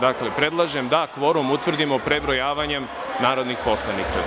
Dakle, predlažem da kvorum utvrdimo prebrojavanjem narodnih poslanika.